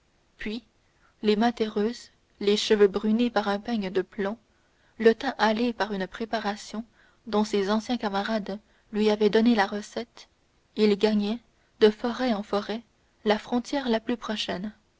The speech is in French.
puis les mains terreuses les cheveux brunis par un peigne de plomb le teint hâlé par une préparation dont ses anciens camarades lui avaient donné la recette il gagnait de forêt en forêt la frontière la plus prochaine